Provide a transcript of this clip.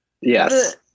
Yes